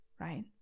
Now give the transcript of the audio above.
right